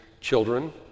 children